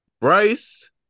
Bryce